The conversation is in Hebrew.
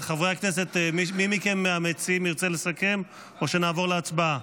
מי מכם המציעים ירצה לסכם או שנעבור להצבעה?